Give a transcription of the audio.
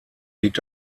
liegt